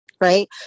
Right